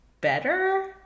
better